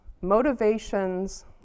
motivations